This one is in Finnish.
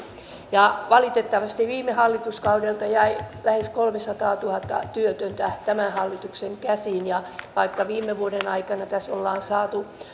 ja valitettavasti viime hallituskaudelta jäi lähes kolmesataatuhatta työtöntä tämän hallituksen käsiin ja vaikka viime vuoden aikana ollaan saatu